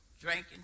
drinking